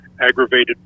aggravated